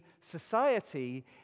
society